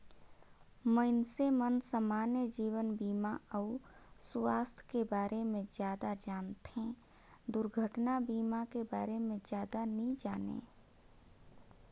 मइनसे मन समान्य जीवन बीमा अउ सुवास्थ के बारे मे जादा जानथें, दुरघटना बीमा के बारे मे जादा नी जानें